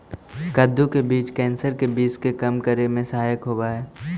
कद्दू के बीज कैंसर के विश्व के कम करे में सहायक होवऽ हइ